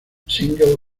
single